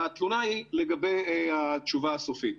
התלונה היא לגבי התשובה הסופית.